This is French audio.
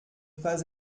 pas